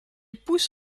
pousse